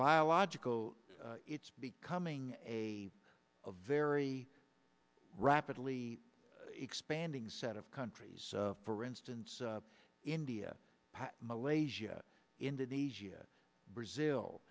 biological it's becoming a very rapidly expanding set of countries for instance india malaysia indonesia brazil